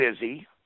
busy